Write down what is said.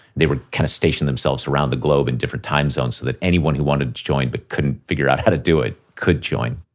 they would kind of station themselves around the globe in different time zones so that anyone who wanted to join, but couldn't figure out how to do it, could join